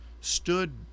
stood